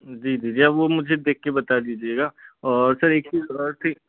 जी जी जी अब वो मुझे देख के बता दीजियेगा और सर एक चीज़ और थी